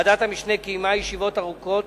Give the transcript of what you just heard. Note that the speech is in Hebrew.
ועדת המשנה קיימה ישיבות ארוכות,